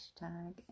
Hashtag